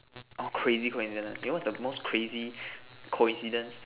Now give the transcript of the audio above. orh crazy coincidence ah eh what's the most crazy coincidence